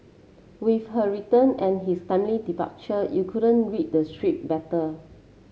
with her return and his timely departure you couldn't read the better